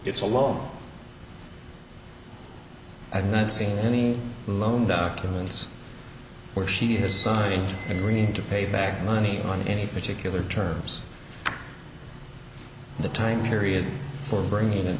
it's a low i've not seen any loan documents where she has signed into agreeing to pay back money on any particular terms the time period for bringing in